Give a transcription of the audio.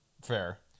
fair